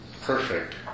perfect